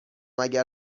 اگر